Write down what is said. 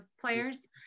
players